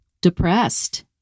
depressed